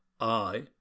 I